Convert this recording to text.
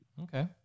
Okay